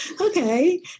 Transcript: Okay